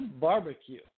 barbecue